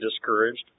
discouraged